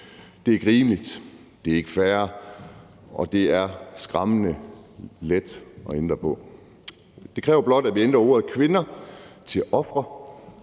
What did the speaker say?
Det er ikke rimeligt, det er ikke fair, og det er skræmmende let at ændre på. Det kræver blot, at vi ændrer ordet kvinder til ofre